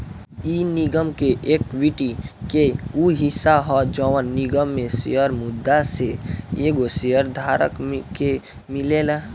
इ निगम के एक्विटी के उ हिस्सा ह जवन निगम में शेयर मुद्दा से एगो शेयर धारक के मिलेला